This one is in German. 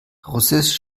russisch